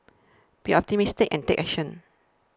be optimistic and take action